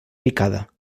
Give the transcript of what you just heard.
picada